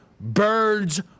Birds